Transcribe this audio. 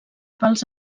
pels